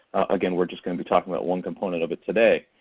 again, we're just gonna be talking about one component of it today.